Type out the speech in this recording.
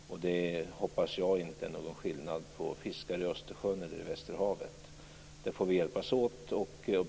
Jag hoppas att det inte är någon skillnad mellan fiskare i Östersjön och i västerhavet. Vi får hjälpas åt.